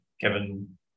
Kevin